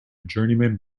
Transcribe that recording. journeyman